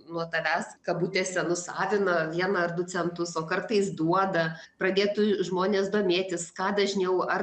nuo tavęs kabutėse nusavina vieną ar du centus o kartais duoda pradėtų žmonės domėtis ką dažniau ar